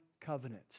covenant